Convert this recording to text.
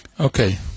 Okay